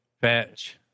Fetch